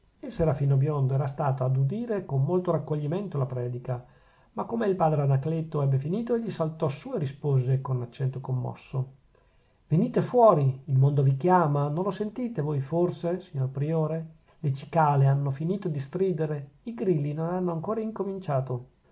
il serafino biondo era stato ad udire con molto raccoglimento la predica ma come il padre anacleto ebbe finito egli saltò su e rispose con accento commosso venite fuori il mondo vi chiama non lo sentite voi forse signor priore le cicale hanno finito di stridere i grilli non hanno ancora incominciato